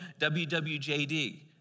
WWJD